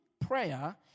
prayer